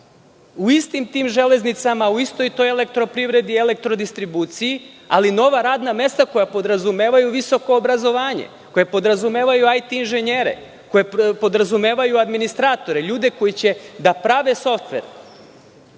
u istim tim železnicama, u istoj toj elektroprivredi, elektrodistribuciji, ali nova radna mesta koja podrazumevaju visoko obrazovanje, IT inženjere, administratore, ljude koji će da prave softver.